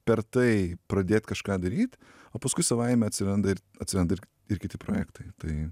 per tai pradėt kažką daryt o paskui savaime atsiranda ir atsiranda ir ir kiti projektai tai